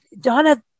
Donna